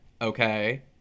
Okay